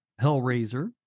Hellraiser